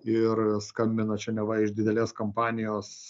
ir skambina čia neva iš didelės kampanijos